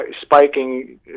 spiking